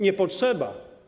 Nie potrzeba.